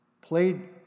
Played